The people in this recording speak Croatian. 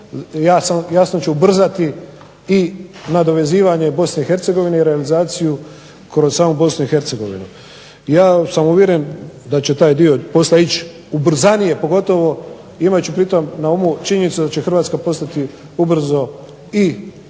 jasno ću brzati i nadovezivanje Bosne i Hercegovine i realizaciju kroz samu Bosnu i Hercegovinu. Ja sam uvjeren da će taj dio posla ići ubrzanije pogotovo imajući pritom na umu činjenicu da će Hrvatska postati ubrzo i dio